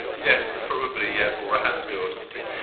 yeah, probably yeah borahandsgo or something.